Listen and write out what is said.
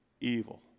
evil